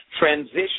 Transition